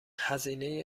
هزینه